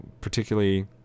particularly